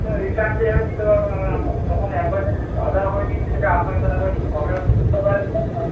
না রিফান্ড তো এইভাবে নিতে পারবো না ম্যাডাম আমরা তখন একবার যেটা অর্ডার করে দিয়েছি সেটা আপনাকে তাহলে একবার রি অর্ডার করতে হবে আরেকবার তা